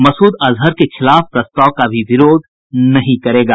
मसूद अजहर के खिलाफ प्रस्ताव का भी विरोध नहीं करेगा